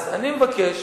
אז אני מבקש,